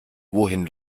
wohin